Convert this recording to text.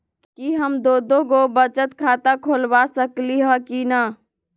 कि हम दो दो गो बचत खाता खोलबा सकली ह की न?